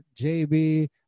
JB